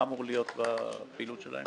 מה אמור להיות בפעילות שלהם?